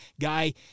guy